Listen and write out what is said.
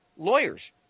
Lawyers